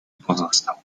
pozostał